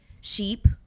sheep